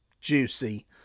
juicy